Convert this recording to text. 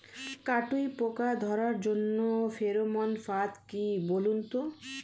কাটুই পোকা ধরার জন্য ফেরোমন ফাদ কি বলুন তো?